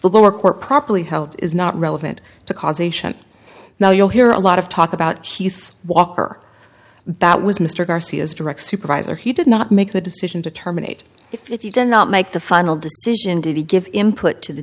lower court properly held is not relevant to causation now you'll hear a lot of talk about keith walker that was mr garcia's direct supervisor he did not make the decision to terminate if he did not make the final decision did he give input to the